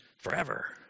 forever